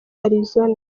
arizona